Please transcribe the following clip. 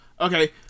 Okay